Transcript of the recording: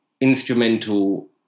instrumental